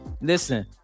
listen